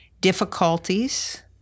difficulties